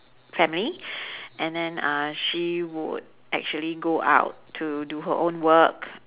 family and then uh she would actually go out to do her own work